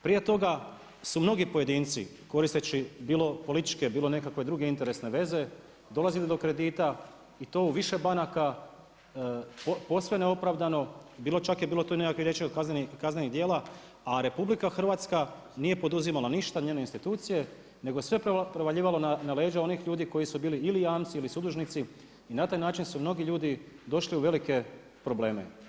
Prije toga s u mnogi pojedinci koristeći bilo političke bilo nekakve druge interesne veze, dolazili do kredita i to u više banaka, posve neopravdano, čak je tu bilo i nekakve riječi o kaznenih djela, a RH nije poduzimala ništa, njene institucije, nego sve prevaljivalo na leđa onih ljudi koji su bili ili jamci ili sudužnici i na taj način su mnogi ljudi došli u velike probleme.